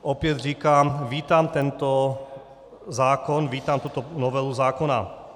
Opět říkám, vítám tento zákon, vítám tuto novelu zákona.